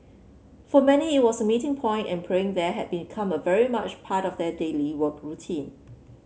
for many it was a meeting point and praying there had become very much a part of their daily work routine